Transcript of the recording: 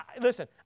listen